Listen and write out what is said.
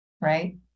Right